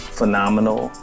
phenomenal